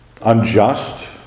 unjust